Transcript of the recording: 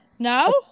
no